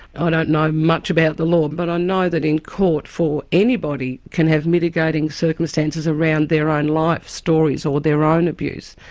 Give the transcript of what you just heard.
i don't know much about the law, but i know that in court for instance anybody can have mitigating circumstances around their own life stories or their own abuse.